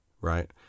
Right